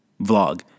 vlog